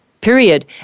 Period